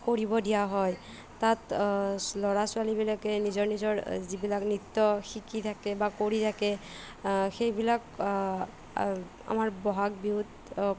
কৰিব দিয়া হয় তাত ল'ৰা ছোৱালীবিলাকে নিজৰ নিজৰ যিবিলাক নৃত্য শিকি থাকে বা কৰি থাকে সেইবিলাক আমাৰ বহাগ বিহুত